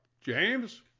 James